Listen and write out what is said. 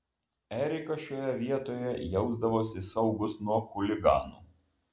erikas šioje vietoje jausdavosi saugus nuo chuliganų